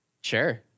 sure